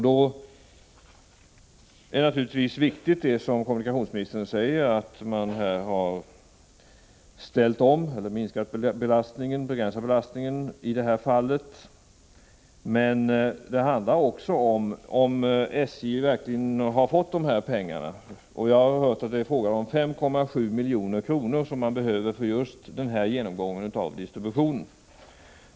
Det är naturligtvis en riktig åtgärd att man, som kommunikationsministern säger, i det här fallet har begränsat belastningen, men det handlar också om huruvida SJ verkligen har fått begärda pengar. Jag har hört sägas att man behöver 5,7 milj.kr. för just denna genomgång av distributionen.